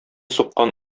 суккан